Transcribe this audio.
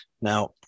Now